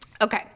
Okay